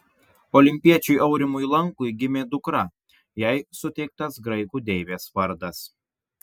olimpiečiui aurimui lankui gimė dukra jai suteiktas graikų deivės vardas